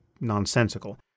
nonsensical